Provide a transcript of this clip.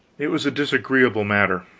it was a disagreeable matter,